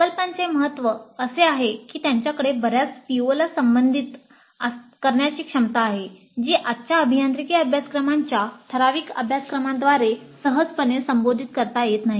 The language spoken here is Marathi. प्रकल्पांचे महत्त्व असे आहे की त्यांच्याकडे बर्याच POला संबोधित करण्याची क्षमता आहे जी आजच्या अभियांत्रिकी अभ्यासक्रमाच्या ठराविक अभ्यासक्रमांद्वारे सहजपणे संबोधित करता येत नाही